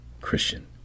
Christian